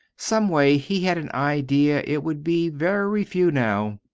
some way he had an idea it would be very few now.